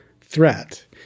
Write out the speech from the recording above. threat